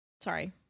sorry